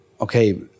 okay